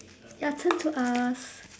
your turn to ask